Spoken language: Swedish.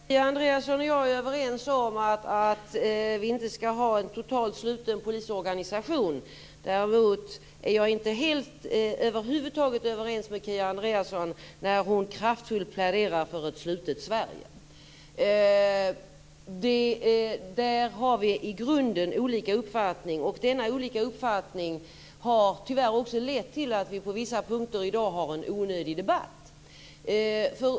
Herr talman! Kia Andreasson och jag är överens om att vi inte skall ha en totalt sluten polisorganisation. Däremot är jag över huvud taget inte överens med Kia Andreasson när hon kraftfullt pläderar för ett slutet Sverige. Där har vi i grunden olika uppfattning. Denna olika uppfattning har tyvärr lett till att vi på vissa punkter i dag har en onödig debatt.